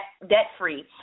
debt-free